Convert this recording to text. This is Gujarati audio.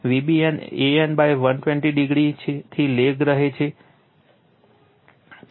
તેથી Vbn Van120 o થી લેગ રહે છે